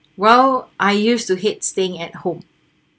well I used to hate staying at home